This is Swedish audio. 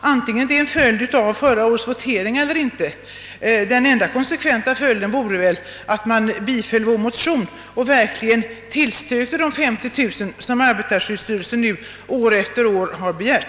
antingen detta nu är en följd av förra årets votering eller inte. Men den enda konsekventa följden vore att man bifölle vår motion och verkligen tillstyrkte de 50 000 kronor som arbetarskyddsstyrelsen nu år efter år har begärt.